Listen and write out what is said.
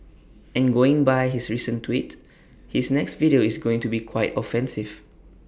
and going by his recent tweet his next video is going to be quite offensive